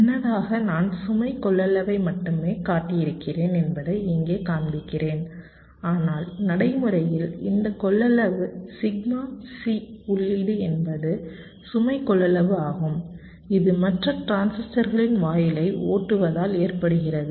முன்னதாக நான் சுமை கொள்ளளவை மட்டுமே காட்டியிருக்கிறேன் என்பதை இங்கே காண்பிக்கிறேன் ஆனால் நடைமுறையில் இந்த கொள்ளளவு சிக்மா C உள்ளீடு என்பது சுமை கொள்ளளவு ஆகும் இது மற்ற டிரான்சிஸ்டர்களின் வாயிலை ஓட்டுவதால் ஏற்படுகிறது